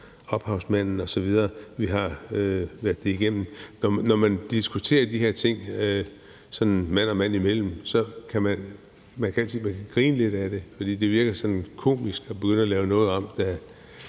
som ophavsmænd osv. Vi har været det igennem. Når man diskuterer de her ting, mand og mand imellem, kan man altid grine lidt af det, fordi det virker komisk at begynde at lave noget om, der